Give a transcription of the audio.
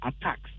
attacks